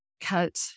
cut